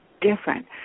different